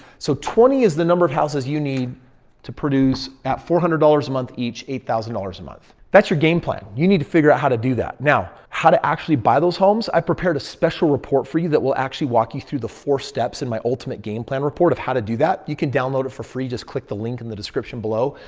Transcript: so, twenty is the number of houses you need to produce at four hundred dollars a month each eight thousand dollars a month. that's your game plan. you need to figure out how to do that. now, how to actually buy those homes? i've prepared a special report for you that will actually walk you through the four steps in my ultimate game plan report of how to do that. you can download it for free, just click the link in the description below.